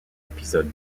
épisode